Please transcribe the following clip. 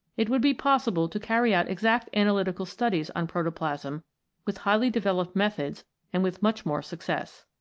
it would be possible to carry out exact analytical studies on protoplasm with highly developed methods and with much more success.